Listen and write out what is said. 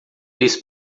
lhes